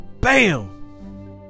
Bam